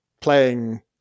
playing